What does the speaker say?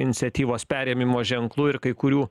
iniciatyvos perėmimo ženklų ir kai kurių